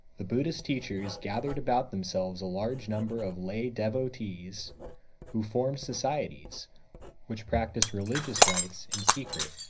the buddhist teachers gathered about themselves a large number of lay devotees who formed societies which practice religious rites in secret.